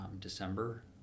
December